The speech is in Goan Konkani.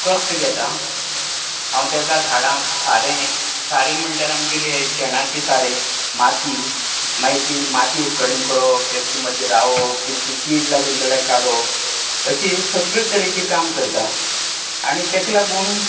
कश्ट घेता हांव तेंका झाडांक सारें सारें म्हणल्यार आमगेलें शेणाचें सारें माती मागीर ती माती एककडेन करप तेंकां मागीर लावप मागीर कीड लागली जाल्यार काडप अशीं सगले तरेचीं काम करता आनी तेका लागून